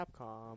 Capcom